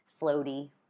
floaty